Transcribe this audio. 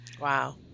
Wow